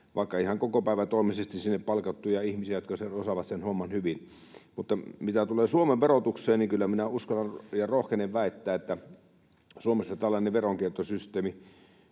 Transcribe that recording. vaikka ihan kokopäivätoimisesti sinne palkattuja ihmisiä, jotka osaavat sen homman hyvin. Mitä tulee Suomen verotukseen, niin kyllä minä rohkenen väittää, että tokihan Suomessa tällainen veronkiertosysteemi